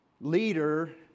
leader